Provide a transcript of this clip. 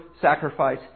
sacrifice